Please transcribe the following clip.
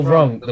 wrong